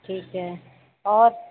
ठीक है और